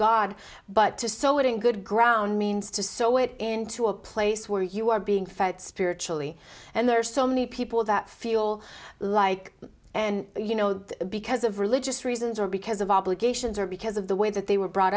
god but to sew it in good ground means to sew it into a place where you are being fed spiritually and there are so many people that feel like you know because of religious reasons or because of obligations or because of the way that they were brought